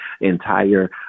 entire